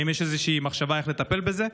האם יש איזושהי מחשבה איך לטפל בזה?